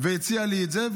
הציעה לי את זה.